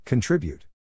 Contribute